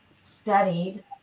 studied